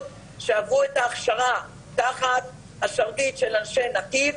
שעברו את ההכשרה תחת השרביט של אנשי נתיב.